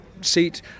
seat